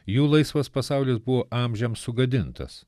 jų laisvas pasaulis buvo amžiams sugadintas